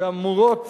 שאמורות